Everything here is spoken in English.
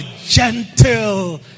gentle